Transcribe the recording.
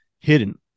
hidden